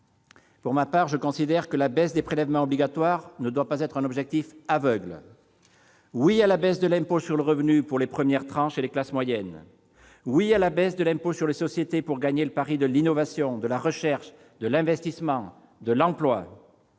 Pour ma part, je considère que la baisse des prélèvements obligatoires ne doit pas être un objectif aveugle. Oui à la baisse de l'impôt sur le revenu pour les premières tranches et les classes moyennes ! Oui à la baisse de l'impôt sur les sociétés pour gagner le pari de l'innovation, de la recherche, de l'investissement, de l'emploi